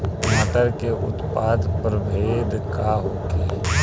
मटर के उन्नत प्रभेद का होखे?